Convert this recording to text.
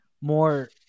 more